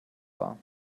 war